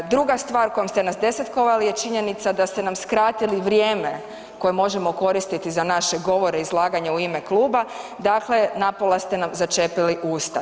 Druga stvar kojom ste nas desetkovali je činjenica da ste nam skratili vrijeme koje možemo koristiti za naše govore i izlaganja u ime kluba, dakle napola ste nam začepili usta.